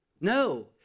No